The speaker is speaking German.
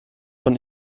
von